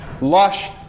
lush